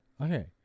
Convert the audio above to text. Okay